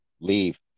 leave